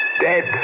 Dead